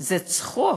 זה צחוק.